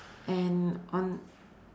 and on